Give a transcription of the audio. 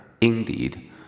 Indeed